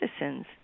citizens